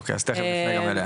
אוקיי, אז תיכף נפנה גם אליה